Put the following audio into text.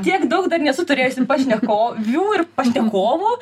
tiek daug dar nesu turėjusi pašnekovių ir pašnekovų